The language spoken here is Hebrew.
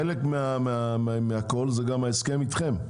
חלק מהכול זה גם ההסכם איתכם,